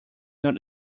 not